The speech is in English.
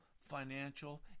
financial